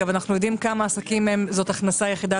אנחנו יודעים כמה עסקים זאת הכנסה יחידה